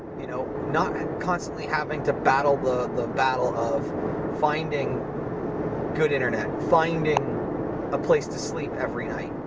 you know not constantly having to battle the the battle of finding good internet, finding a place to sleep every night.